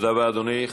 תודה רבה, אדוני.